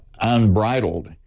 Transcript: unbridled